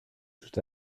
tout